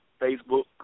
Facebook